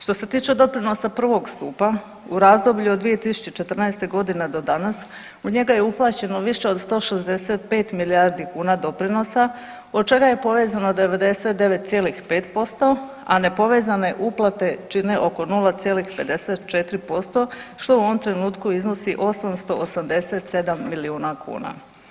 Što se tiče doprinosa prvog stupa u razdoblju od 2014.g. do danas u njega je uplaćeno više od 165 milijardi kuna doprinosa, od čega je povezano 99,5%, a nepovezane uplate čine oko 0,54%, što u ovom trenutku iznosi 887 milijuna kuna.